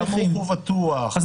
אני סמוך ובטוח על